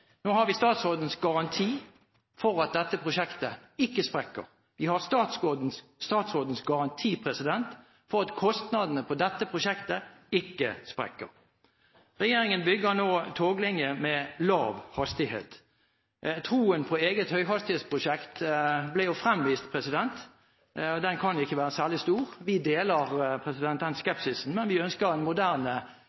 Nå har vi statsrådens garanti for at dette prosjektet ikke sprekker. Vi har statsrådens garanti for at kostnadene ved dette prosjektet ikke sprekker. Regjeringen bygger nå toglinje med lav hastighet. Troen på eget høyhastighetsprosjekt ble jo fremvist – den kan ikke være særlig stor. Vi deler den